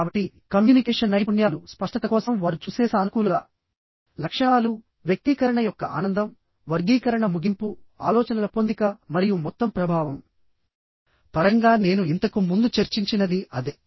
కాబట్టి కమ్యూనికేషన్ నైపుణ్యాలు స్పష్టత కోసం వారు చూసే సానుకూల లక్షణాలు వ్యక్తీకరణ యొక్క ఆనందం వర్గీకరణ ముగింపు ఆలోచనల పొందిక మరియు మొత్తం ప్రభావం పరంగా నేను ఇంతకు ముందు చర్చించినది అదే